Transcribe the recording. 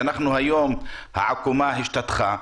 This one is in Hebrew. שהיום העקומה השתטחה.